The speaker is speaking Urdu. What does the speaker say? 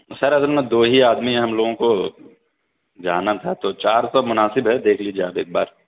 سر اگر میں دو ہی آدمی ہیں ہم لوگوں کو جانا تھا تو چار سو مناسب ہے دیکھ لیجیے آپ ایک بار